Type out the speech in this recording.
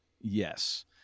Yes